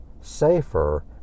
safer